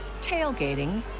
tailgating